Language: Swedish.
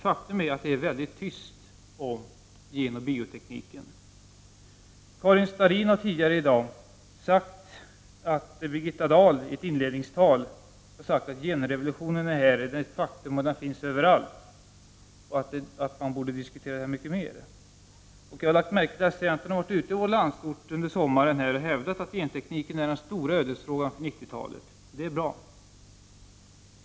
Faktum är att det är mycket tyst omkring genoch biotekniken. Karin Starrin har tidigare i dag erinrat om att Birgitta Dahli ett inledningstal har sagt att genrevolutionen är här. Det är ett faktum att den finns överallt, och ämnet borde diskuteras mycket mer. Jag har lagt märke till att centern under sommaren ute på landsorten har hävdat att gentekniken är den stora ödesfrågan för 1990-talet. Det är bra.